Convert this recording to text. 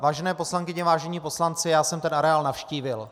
Vážené poslankyně, vážení poslanci, já jsem ten areál navštívil.